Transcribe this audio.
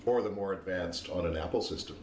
or the more advanced on an apple system